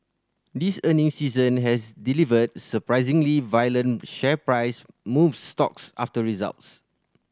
this earnings season has delivered surprisingly violent share price moves stocks after results